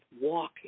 walking